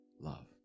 love